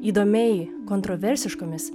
įdomiai kontroversiškomis